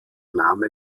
name